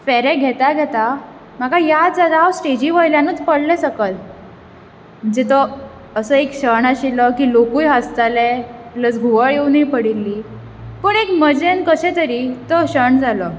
फेरे घेतां घेतां म्हाका याद जाता हांव स्टेजी वयल्यानूच पडलें सकयल म्हणजे तो असो एक क्षण आशिल्लो लोकूय हांसताले प्लस घुंवळ येवनूय पडिल्ली पूण एक मजेंत कशें तरी तो क्षण जालो